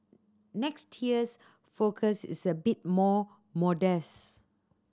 next year's forecast is a bit more modest